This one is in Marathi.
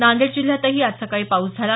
नांदेड जिल्ह्यात आज सकाळी पाऊस झाला